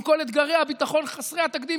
עם כל אתגרי הביטחון חסרי התקדים,